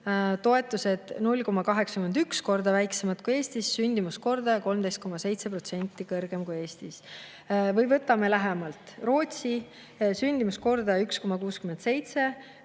toetused 0,81 korda väiksemad kui Eestis, sündimuskordaja 13,7% kõrgem kui Eestis. Või võtame lähemalt, Rootsi: sündimuskordaja 1,67,